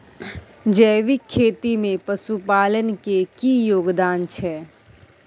जैविक खेती में पशुपालन के की योगदान छै?